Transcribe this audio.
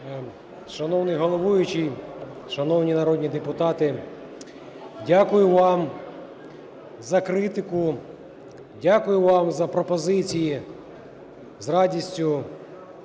Шановний головуючий, шановні народні депутати! Дякую вам за критику. Дякую вам за пропозиції. З радістю